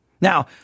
now